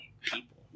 people